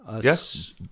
Yes